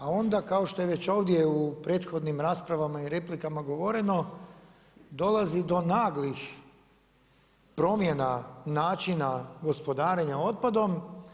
A onda kao što je već ovdje u prethodnim raspravama i replikama govoreno, dolazi do naglih promjenama i noćenja gospodarenja otpadom.